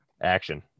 action